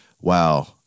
Wow